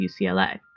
UCLA